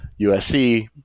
USC